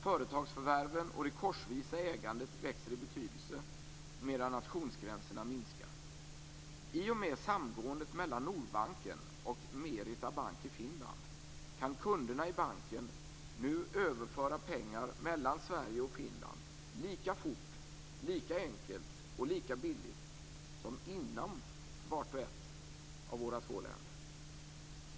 Företagsförvärven och det korsvisa ägandet växer i betydelse medan nationsgränserna minskar. I och med samgåendet mellan Nordbanken och Merita Bank i Finland kan kunderna i banken nu överföra pengar mellan Sverige och Finland lika fort, lika enkelt och lika billigt som inom vart och ett av våra två länder.